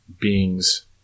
beings